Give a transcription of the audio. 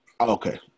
Okay